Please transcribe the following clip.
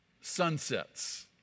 sunsets